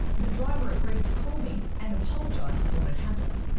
the driver agreed to call me and apologize for what had happened.